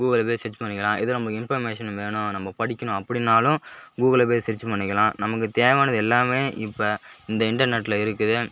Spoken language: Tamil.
கூகுளில் போய் சேர்ஜ் பண்ணிக்கலாம் எதோ நமக்கு இன்பர்மேஷன் வேணும் நம்ம படிக்கணும் அப்படினாலும் கூகுளில் போய் சர்ச்சும் பண்ணிக்கலாம் நமக்கு தேவையானது எல்லாமே இப்போ இந்த இன்டர்நெட்டில் இருக்குது